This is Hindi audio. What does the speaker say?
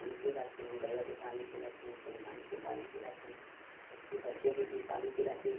पानी पिलाती हूँ गैया को पानी पिलाती हूँ फिर भैंस को पानी पिलाती हूँ फिर भैंस को पानी पिलाती हूँ उसके बच्चे को भी पानी पिलाती हूँ